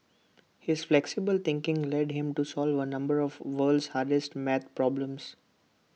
his flexible thinking led him to solve A number of world's hardest math problems